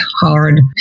hard